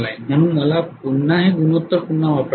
म्हणून मला पुन्हा हे गुणोत्तर पुन्हा वापरावे लागेल